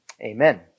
Amen